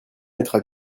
mettra